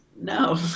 No